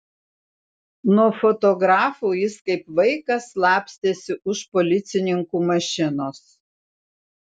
nuo fotografų jis kaip vaikas slapstėsi už policininkų mašinos